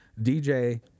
DJ